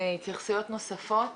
עשינו הסכמים עם פנגו וסלופארק.